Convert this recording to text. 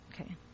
okay